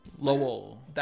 Lowell